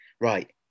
right